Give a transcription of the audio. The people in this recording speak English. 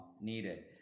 needed